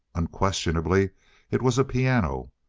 unquestionably it was a piano.